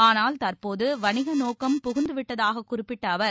ஆனால் தற்போது வணிக நோக்கம் புகுந்து விட்டதாக குறிப்பிட்ட அவர்